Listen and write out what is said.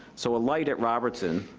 so a light at robertson